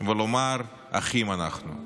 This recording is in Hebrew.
ולומר: אחים אנחנו.